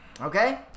okay